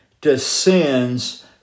descends